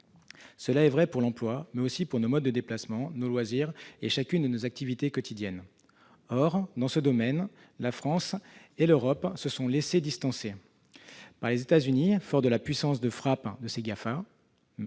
existence : l'emploi, mais aussi nos modes de déplacement, nos loisirs, chacune de nos activités quotidiennes. Or, dans ce domaine, la France et l'Europe se sont laissé distancer par les États-Unis, forts de la puissance de frappe des Gafam,